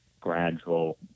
gradual –